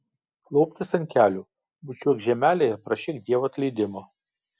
klaupkis ant kelių bučiuok žemelę ir prašyk dievo atleidimo